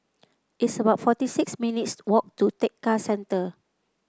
it's about forty six minutes' walk to Tekka Centre